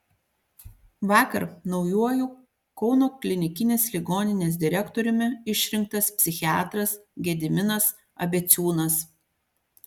vakar naujuoju kauno klinikinės ligoninės direktoriumi išrinktas psichiatras gediminas abeciūnas